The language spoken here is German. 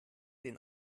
den